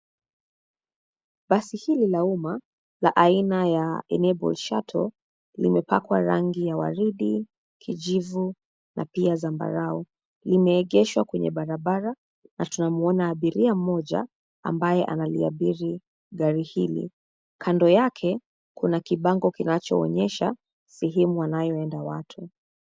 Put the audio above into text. Basi hili la umma, la aina ya Enabled Shuttles , limepakwa rangi ya waridi, kijivu na pia zambarau, limeegeshwa kwenye barabara, na tunamwona abiria mmoja, ambaye analiabiri, gari hili, kando yake, kuna kibango kinachoonyesha, sehemu anayoenda watu.